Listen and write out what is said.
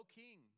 king